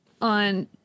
on